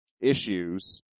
issues